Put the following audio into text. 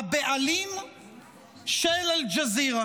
הבעלים של אל-ג'זירה.